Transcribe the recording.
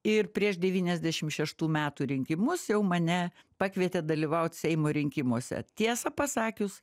ir prieš devyniasdešim šeštų metų rinkimus jau mane pakvietė dalyvaut seimo rinkimuose tiesą pasakius